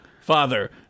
Father